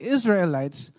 Israelites